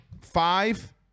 five